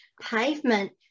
pavement